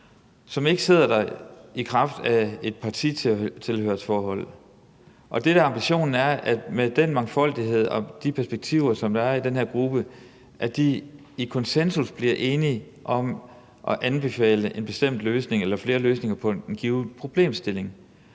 som ikke sidder der i kraft af et partitilhørsforhold. Det, der er ambitionen, er, at de med den mangfoldighed og de perspektiver, som der er i den her gruppe, i konsensus bliver enige om at anbefale en bestemt løsning eller flere løsninger på en given problemstilling.